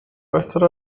بهتر